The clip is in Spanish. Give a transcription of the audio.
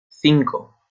cinco